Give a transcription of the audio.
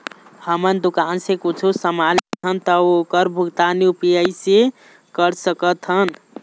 हमन दुकान से कुछू समान लेथन ता ओकर भुगतान यू.पी.आई से कर सकथन?